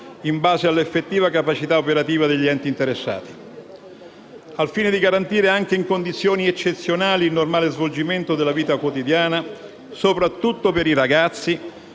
in base all'effettiva capacità operativa degli enti interessati. Al fine di garantire anche in condizioni eccezionali il normale svolgimento della vita quotidiana, soprattutto per i ragazzi,